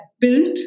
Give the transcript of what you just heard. built